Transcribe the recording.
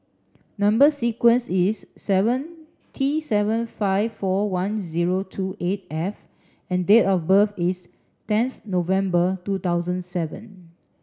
number sequence is seven T seven five four one zero two eight F and date of birth is tenth November two thousand seven